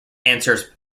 answers